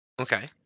Okay